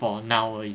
for now 而已